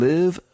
Live